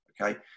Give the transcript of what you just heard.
Okay